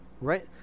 Right